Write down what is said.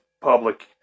public